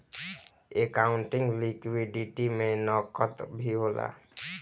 accounting liquidity में नकद भी होला